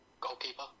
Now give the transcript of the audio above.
goalkeeper